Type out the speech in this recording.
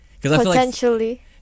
Potentially